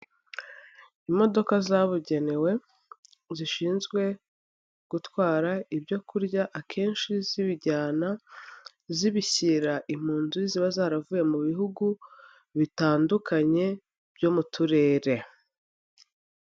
Imodoka zabugenewe zishinzwe gutwara ibyo kurya akenshi zibijyana, zibishyira impunzi ziba zaravuye mu bihugu bitandukanye byo mu turere.